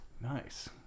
nice